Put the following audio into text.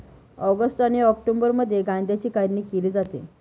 August आणि ऑक्टोबरमध्ये गांज्याची काढणी केली जाते